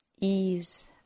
Ease